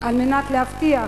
על מנת להבטיח